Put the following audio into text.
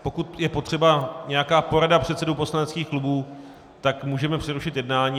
Pokud je potřeba nějaká porada předsedů poslaneckých klubů, tak můžeme přerušit jednání.